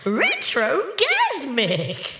retrogasmic